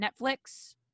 Netflix